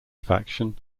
faction